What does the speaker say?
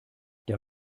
der